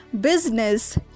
business